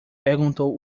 perguntou